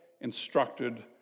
instructed